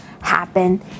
happen